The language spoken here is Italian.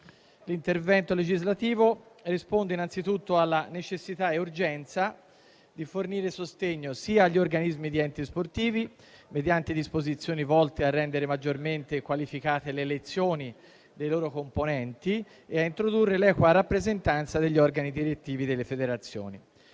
L'intervento legislativo risponde innanzitutto alla necessità e urgenza di fornire sostegno sia agli organismi di enti sportivi, mediante disposizioni volte a rendere maggiormente qualificate le elezioni dei loro componenti, e a introdurre l'equa rappresentanza negli organi direttivi delle federazioni,